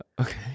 Okay